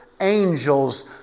angels